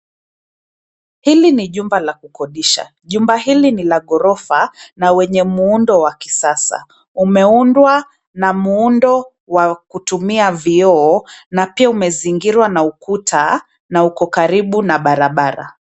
Hili ni jumba la kukodisha. Jumba hili ni la ghorofa na wenye muundo wa kisasa. Umeundwa na muundo wa kutumia vioo na pia umezingirwa na ukuta, na uko karibu na barabara.